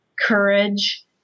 courage